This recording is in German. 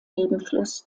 nebenfluss